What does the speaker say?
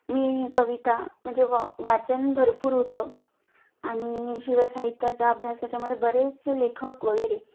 मी कविता म्हणजे व वाचन भरपूर होतं आणि शिवसाहित्याचा अभ्यास त्याच्यामुळे बरेचसे लेखक वगैरे